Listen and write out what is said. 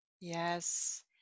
Yes